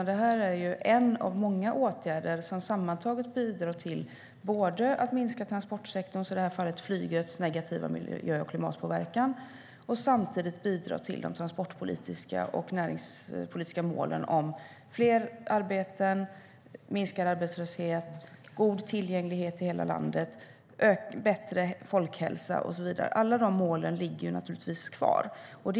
Det här är en av många åtgärder som sammantaget bidrar till att minska transportsektorns - i det här fallet flygets - negativa miljö och klimatpåverkan och samtidigt bidra till de transportpolitiska och näringspolitiska målen om fler arbeten, minskad arbetslöshet, god tillgänglighet i hela landet, bättre hälsa och så vidare. Alla de målen ligger kvar.